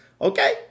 Okay